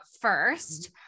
first